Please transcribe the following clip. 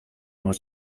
was